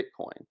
Bitcoin